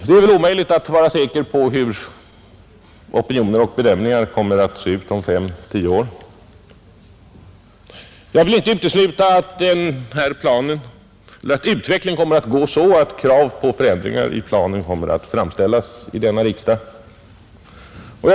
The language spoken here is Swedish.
Det är väl omöjligt att vara säker på hur opinion och bedömningar kommer att se ut om 5—10 år, Jag vill inte utesluta att utvecklingen blir sådan att krav på förändringar i planen kan komma att framställas av senare riksdagar.